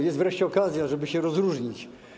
Jest wreszcie okazja, żeby się rozróżnić.